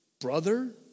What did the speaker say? brother